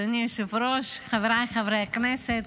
אדוני היושב-ראש, חבריי חברי הכנסת,